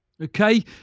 Okay